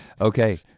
okay